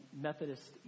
Methodist